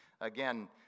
again